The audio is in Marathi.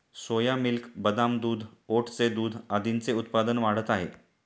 सोया मिल्क, बदाम दूध, ओटचे दूध आदींचे उत्पादन वाढत आहे